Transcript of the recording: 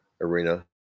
arena